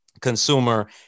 consumer